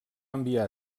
enviar